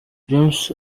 james